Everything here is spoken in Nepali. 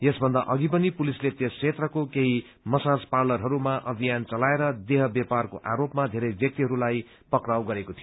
यसभन्दा अघि पनि पुलिसले त्यस क्षेत्रको केही मसाज पार्लरहरूमा अभियान चलाएर देह व्यापारको आरोपमा धेरै व्यक्तिहस्लाई पक्राउ गरेको थियो